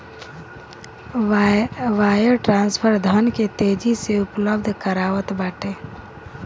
wire transfer धन के तेजी से उपलब्ध करावत बाटे